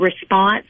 response